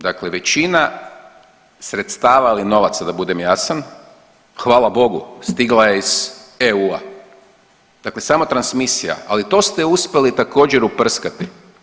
Dakle, većina sredstava ili novaca da budem jasan hvala Bogu stigla je iz EU, dakle samo transmisija ali to ste uspjeli također uprskati.